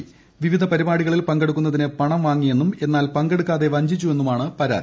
പ്രിപിധ പരിപാടികളിൽ പങ്കെടുക്കുന്നതിന് പിണ്ട് വാങ്ങിയെന്നും എന്നാൽ പങ്കെടുക്കാതെ വഞ്ചിച്ചു്വെന്നുമാണ് പരാതി